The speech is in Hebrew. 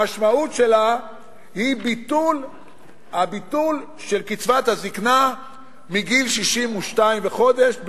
המשמעות שלה היא הביטול של קצבת הזיקנה מגיל 62 וחודש,